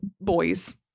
boys